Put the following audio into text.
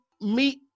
meet